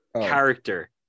Character